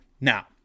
Now